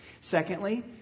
Secondly